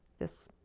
this.